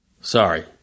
Sorry